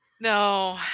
No